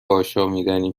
آشامیدنی